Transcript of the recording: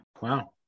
Wow